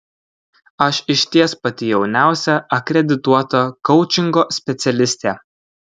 aš išties pati jauniausia akredituota koučingo specialistė